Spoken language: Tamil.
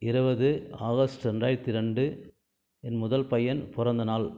இருபது ஆகஸ்ட் ரெண்டாயிரத்து ரெண்டு என் முதல் பையன் பிறந்த நாள்